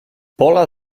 pola